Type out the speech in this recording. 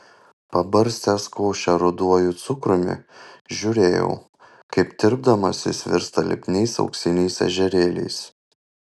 pabarstęs košę ruduoju cukrumi žiūrėjau kaip tirpdamas jis virsta lipniais auksiniais ežerėliais